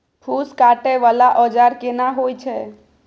फूस काटय वाला औजार केना होय छै?